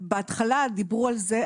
שבהתחלה דיברו על זה,